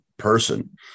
Person